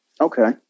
Okay